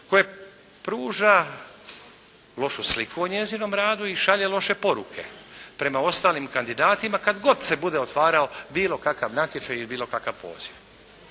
koje pruža lošu sliku o njezinom radu i šalje loše poruke prema ostalim kandidatima kad god se bude otvarao bilo kakav natječaj ili bilo kakav poziv.